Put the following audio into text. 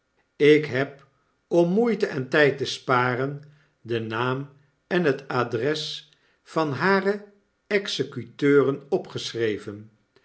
ik heb om moeite en tijd te sparen den naam en het adres van hare executeuren opgeschreven